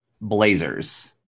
Blazers